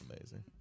amazing